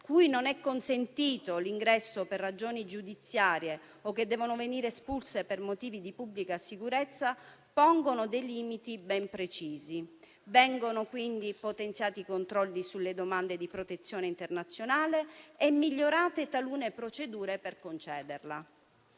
cui non è consentito l'ingresso per ragioni giudiziarie o che devono essere espulse per motivi di pubblica sicurezza pongono limiti ben precisi. Vengono quindi potenziati i controlli sulle domande di protezione internazionale e migliorate talune procedure per concederla.